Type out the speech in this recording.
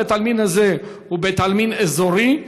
בית-העלמין הזה הוא בית-עלמין אזורי,